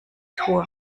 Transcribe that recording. tour